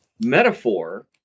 metaphor